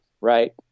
right